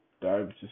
diabetes